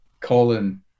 Colin